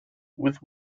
with